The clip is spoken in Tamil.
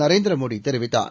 நரேந்திர மோடி தெரிவித்தார்